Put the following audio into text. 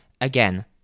Again